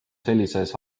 sellises